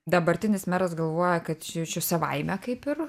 dabartinis meras galvoja kad jau čiu savaime kaip ir